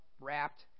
wrapped